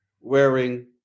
wearing